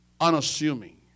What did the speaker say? unassuming